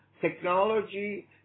technology